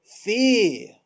fear